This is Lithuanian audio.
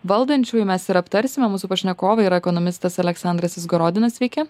valdančiųjų mes ir aptarsime mūsų pašnekovai yra ekonomistas aleksandras izgorodinas sveiki